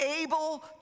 able